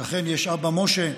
אז אכן, יש אבא משה,